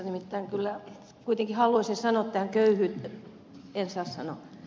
nimittäin kyllä kuitenkin haluaisin sanoa tähän köyhyy